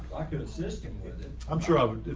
i could assist him with it, i'm sure i would.